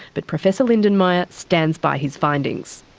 but professor lindenmayer stands by his findings.